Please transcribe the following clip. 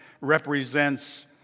represents